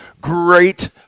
Great